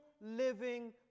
living